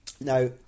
Now